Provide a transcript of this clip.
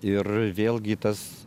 ir vėlgi tas